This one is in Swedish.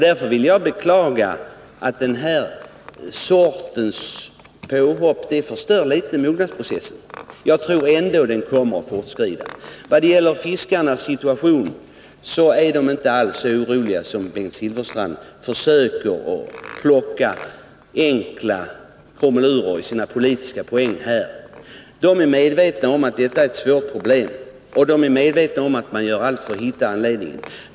Därför vill jag beklaga den här sortens påhopp, som litet grand förstör mognadsprocessen. Men jag tror ändå att den kommer att fortskrida. I vad gäller fiskarna är de inte alls så oroliga som Bengt Silfverstrand säger. Han försöker plocka enkla politiska poäng genom sina krumelurer här. De är medvetna om att detta är ett svårt problem, och de är också medvetna om att allt görs för att hitta lösningen.